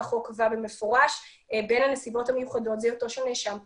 החוק קבע במפורש שבין הנסיבות המיוחדות זה היותו של נאשם קטין.